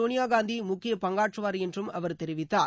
சோனியா காந்தி முக்கியப் பங்காற்றுவார் என்றும் அவர் தெரிவித்தார்